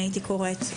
אני הייתי קוראת לזה,